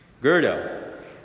Gerda